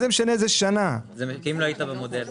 אם לא היית במודל?